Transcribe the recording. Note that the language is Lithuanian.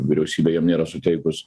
vyriausybė jiem nėra suteikus